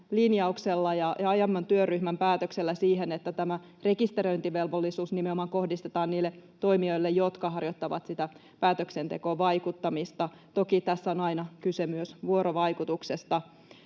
linjauksella ja aiemman työryhmän päätöksellä — siihen, että tämä rekisteröintivelvollisuus kohdistetaan nimenomaan niille toimijoille, jotka harjoittavat sitä päätöksentekovaikuttamista. Toki tässä on aina kyse myös vuorovaikutuksesta.